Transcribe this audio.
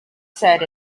said